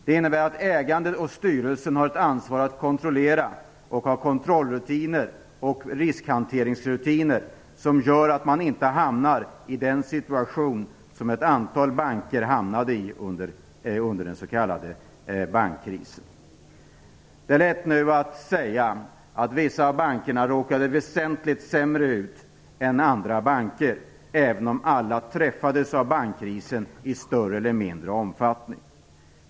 Det innebär att ägarsidan och styrelsen har ett ansvar för att kontrollera och för att ha kontrollrutiner och riskhanteringsrutiner som gör att man inte hamnar i den situation som ett antal banker hamnade i under den s.k. Det är nu lätt att säga att vissa av bankerna råkade väsentligt värre ut än andra banker, även om alla i större eller mindre omfattning träffades av bankkrisen.